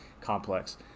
complex